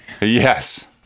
Yes